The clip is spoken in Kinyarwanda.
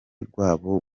rwabo